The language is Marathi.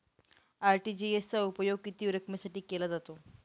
आर.टी.जी.एस चा उपयोग किती रकमेसाठी केला जातो?